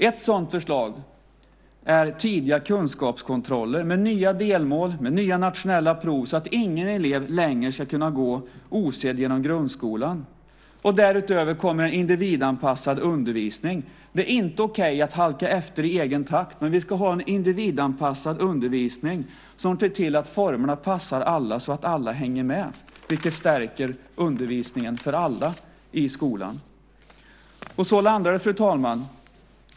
Ett sådant förslag är tidiga kunskapskontroller med nya delmål och nya nationella prov så att ingen elev längre ska kunna gå osedd genom grundskolan. Därutöver kommer individanpassad undervisning. Det är inte okej att halka efter i egen takt, men vi ska ha en individanpassad undervisning som ser till att formerna passar alla så att alla hänger med, vilket stärker undervisningen för alla i skolan. Så landar det, fru talman.